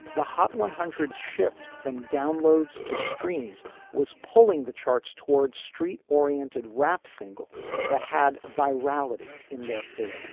the hot one hundred s shift from downloads to streams was pulling the charts towards street oriented rap singles that had virality in their favor